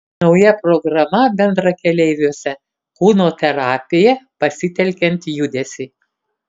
nauja programa bendrakeleiviuose kūno terapija pasitelkiant judesį